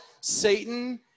Satan